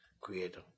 creator